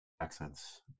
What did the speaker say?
accents